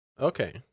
Okay